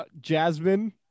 Jasmine